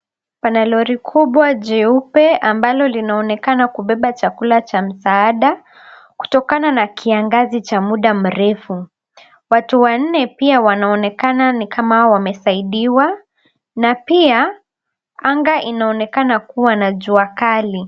Pana lori kubwa jeupe ambalo linaonekana kubeba chakula cha msaada kutokana na kiangazi cha muda mrefu . Watu wanne pia wanaonekana nikama wamesaidiwa na pia anga inaonekana kuwa na jua kali.